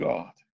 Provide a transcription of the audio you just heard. God